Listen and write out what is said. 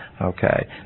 Okay